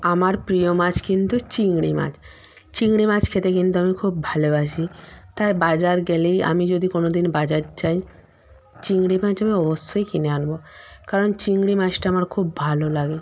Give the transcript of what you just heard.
আমার প্রিয় মাছ কিন্তু চিংড়ি মাছ চিংড়ি মাছ খেতে কিন্তু আমি খুব ভালোবাসি তাই বাজার গেলেই আমি যদি কোনোদিন বাজার যাই চিংড়ি মাছ আমি অবশ্যই কিনে আনবো কারণ চিংড়ি মাছটা আমার খুব ভালো লাগে